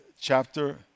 chapter